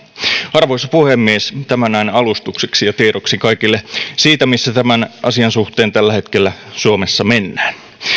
arvoisa puhemies tämä näin alustukseksi ja tiedoksi kaikille siitä missä tämän asian suhteen tällä hetkellä suomessa mennään